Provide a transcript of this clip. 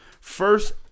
First